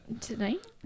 tonight